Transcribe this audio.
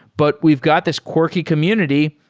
but we've got this quirky community.